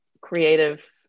creative